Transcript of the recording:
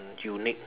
unique